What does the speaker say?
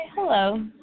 hello